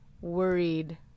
worried